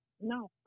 no